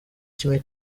kimwe